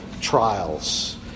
trials